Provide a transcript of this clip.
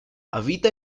habita